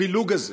הפילוג הזה